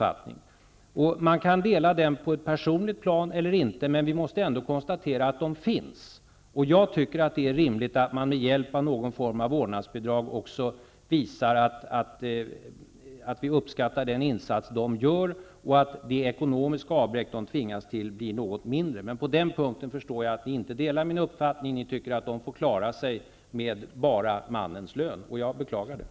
Man kan dela denna uppfattning på ett personligt plan eller inte, men vi måste ändå konstatera att sådana kvinnor finns. Jag tycker att det är rimligt att med hjälp av någon form av vårdnadsbidrag visa att vi uppskattar den insats som de gör och att det ekonomiska avbräck som de tvingas till blir något mindre. På den punkten förstår jag att ni inte delar min uppfattning. Ni tycker att de får klara sig med bara mannens lön. Det beklagar jag.